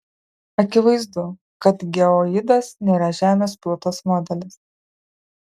akivaizdu kad geoidas nėra žemės plutos modelis